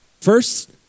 First